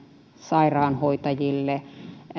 sairaanhoitajille